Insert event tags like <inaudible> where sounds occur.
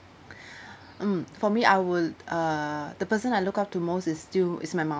<breath> mm for me I will uh the person I look up to most is still is my mom